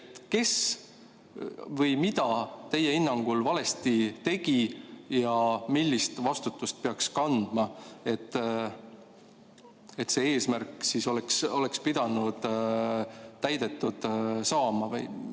Kes mida teie hinnangul valesti tegi ja millist vastutust peaks kandma? See eesmärk oleks pidanud täidetud saama.